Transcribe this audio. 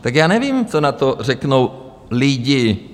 Tak já nevím, co na to řeknou lidi.